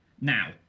Now